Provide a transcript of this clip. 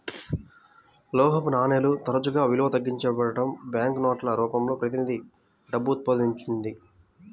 లోహపు నాణేలు తరచుగా విలువ తగ్గించబడటం, బ్యాంకు నోట్ల రూపంలో ప్రతినిధి డబ్బు ఉద్భవించింది